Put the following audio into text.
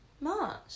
March